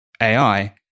AI